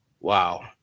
Wow